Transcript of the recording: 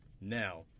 Now